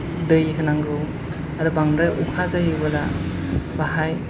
दै होनांगौ आरो बांद्राय अखा जायोबोला बाहाय